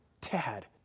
Dad